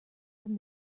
from